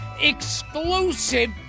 exclusive